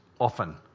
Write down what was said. often